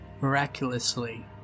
Miraculously